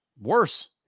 worse